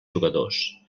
jugadors